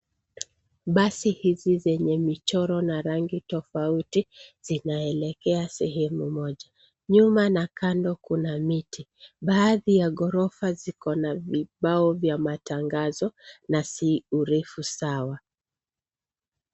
Basi hizi zenye michoro ya rangi tofauti tofauti zinaelekea sehemu moja .Nyuma na kando kuna miti. Baadhi ya ghorofa ziko na vibao vya matangazo na si urefu sawa .